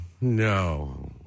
No